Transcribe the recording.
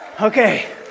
okay